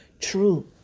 true